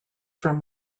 from